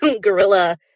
gorilla